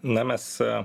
na mes a